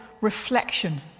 reflection